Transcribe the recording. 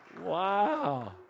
Wow